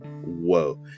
whoa